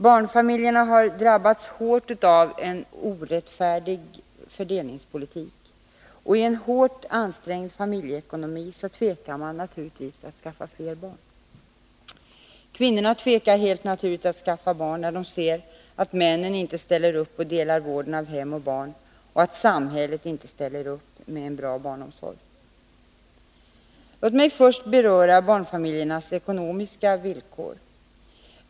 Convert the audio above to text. Barnfamiljerna har drabbats hårt av en orättfärdig fördelningspolitik, och i en hårt ansträngd familjeekonomi tvekar man naturligtvis att skaffa fler barn. Kvinnorna tvekar helt naturligt att skaffa barn när de ser att männen inte ställer upp och delar vården av hem och barn och samhället inte ställer upp med bra barnomsorg. Låt mig först beröra barnfamiljernas ekonomiska villkor.